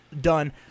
done